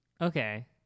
Okay